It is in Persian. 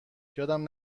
یادم